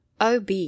OB